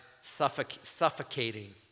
suffocating